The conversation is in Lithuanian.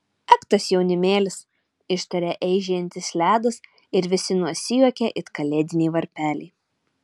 ak tas jaunimėlis ištarė eižėjantis ledas ir visi nusijuokė it kalėdiniai varpeliai